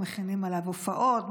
מכינים עליו הופעות,